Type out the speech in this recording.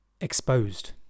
exposed